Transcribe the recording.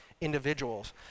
individuals